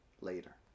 later